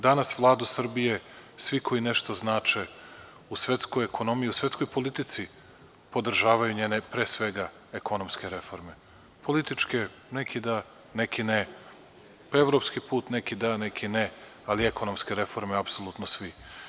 Danas Vladu Srbije svi kojima nešto znače u svetskoj ekonomiji, u svetskoj politici podržavaju njene, pre svega ekonomske reforme, političke neki da neki ne, evropski put neki da neki ne, ali ekonomske reforme apsolutno svi.